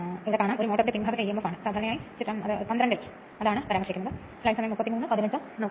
ഈ കാര്യം ഓപ്പൺ മെഷീനാണെന്ന് ഞാൻ നിർദ്ദേശിക്കുന്നു തുടർന്ന് എളുപ്പത്തിൽ മനസ്സിലാക്കാം